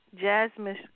Jasmine